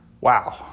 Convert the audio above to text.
Wow